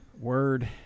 Word